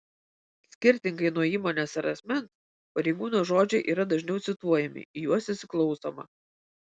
skirtingai nuo įmonės ar asmens pareigūno žodžiai yra dažniau cituojami į juos įsiklausoma